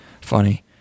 funny